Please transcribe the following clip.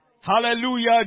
Hallelujah